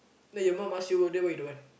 like your mum ask you then why you don't want